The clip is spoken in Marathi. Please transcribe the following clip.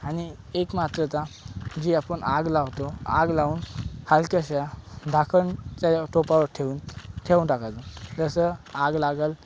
आणि एक मात्र जी आपण आग लावतो आग लावून हलक्याशा झाकण त्या टोपावर ठेवून ठेवून टाकायचं जसं आग लागेल